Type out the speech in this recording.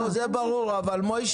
לא, זה ברור, אבל משה,